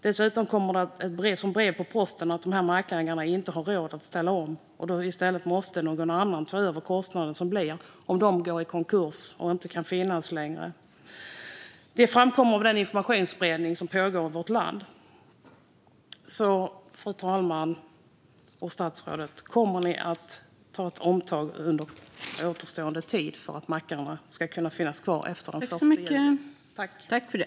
Dessutom kommer det som ett brev på posten att mackägarna inte har råd att ställa om. I stället måste någon annan ta över kostnaden om de går i konkurs och inte kan finnas längre. Detta framkommer av den informationsspridning som pågår i vårt land. Fru talman! Kommer ni att ta ett omtag under återstående tid för att mackarna ska kunna finnas kvar efter den 1 juli, statsrådet?